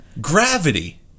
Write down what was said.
gravity